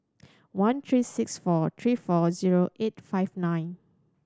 one three six four three four zero eight five nine